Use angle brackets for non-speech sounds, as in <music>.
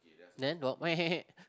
then got <noise>